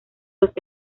los